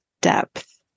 depth